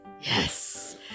Yes